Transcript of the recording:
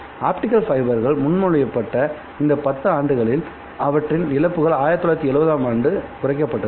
optical ஃபைபர்கள் முன்மொழியப்பட்ட இந்த 10 ஆண்டு காலத்தில் அவற்றின் இழப்புகள் 1970 ஆம் ஆண்டில் குறைக்கப்பட்டது